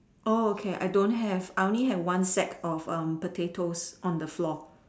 oh okay I don't have I only have one sack of potatoes on the floor